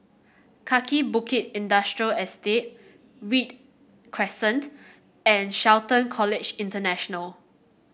Kaki Bukit Industrial Estate Read Crescent and Shelton College International